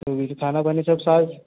तो ये खाना पानी सब साथ